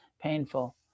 painful